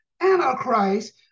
antichrist